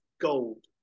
gold